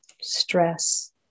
Stress